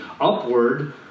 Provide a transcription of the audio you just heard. upward